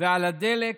ועל הדלק